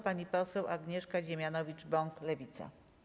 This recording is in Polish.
Pani poseł Agnieszka Dziemianowicz-Bąk, Lewica.